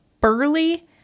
burly